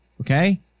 okay